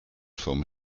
vom